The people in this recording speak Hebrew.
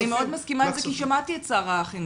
ואני מאוד מסכימה עם זה כי שמעתי את שר החינוך,